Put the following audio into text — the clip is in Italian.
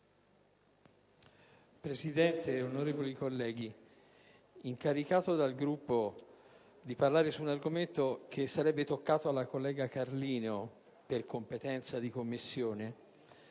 Presidente, onorevoli colleghi, incaricato dal Gruppo di parlare su un argomento che sarebbe toccato alla collega Carlino per competenza di Commissione,